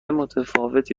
متفاوتی